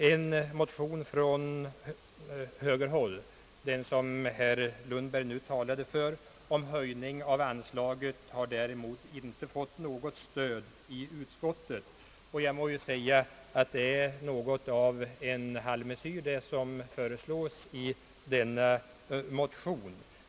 En motion från högerhåll — den som herr Lundberg nu talade för — om en höjning av anslaget har däremot in te fått något stöd i utskottet, och jag må säga, att det som föreslås i denna motion är något av en halvmesyr.